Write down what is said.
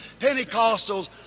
Pentecostals